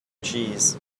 cheese